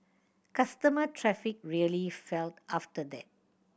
customer traffic really fell after that